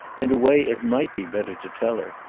in a way, it might be better to tell her.